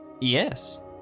Yes